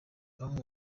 bamwe